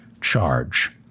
charge